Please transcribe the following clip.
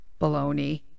Baloney